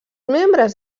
membres